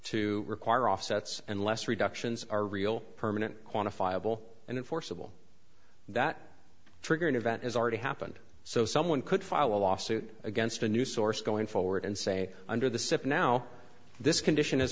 to require offsets unless reductions are real permanent quantifiable and in forcible that trigger an event has already happened so someone could file a lawsuit against a new source going forward and say under the sip now this condition has